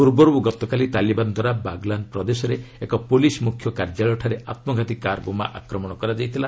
ପୂର୍ବରୁ ଗତକାଲି ତାଲିବାନଦ୍ୱାରା ବାଗ୍ଲାନ୍ ପ୍ରଦେଶରେ ଏକ ପୁଲିସ୍ ମୁଖ୍ୟ କାର୍ଯ୍ୟାଳୟଠାରେ ଆତ୍କଘାତୀ କାର୍ ବୋମା ଆକ୍ରମଣ କରାଯାଇଥିଲା